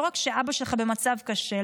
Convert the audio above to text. לא רק שאבא שלך במצב קשה,